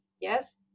Yes